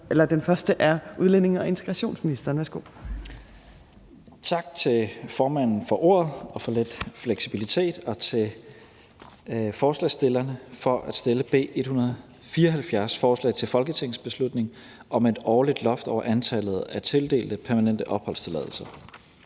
Værsgo. Kl. 15:14 Udlændinge- og integrationsministeren (Mattias Tesfaye): Tak til formanden for ordet og for lidt fleksibilitet, og tak til forslagsstillerne for at fremsætte B 174, forslag til folketingsbeslutning om et årligt loft over antallet af tildelte permanente opholdstilladelser.